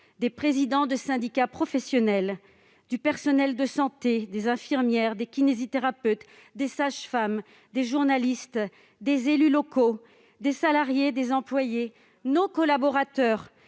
des présidents de syndicats professionnels, des personnels de santé, des infirmières, des kinésithérapeutes, des sages-femmes, des journalistes, des élus locaux, des salariés, des employés, des collaborateurs